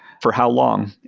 for how long,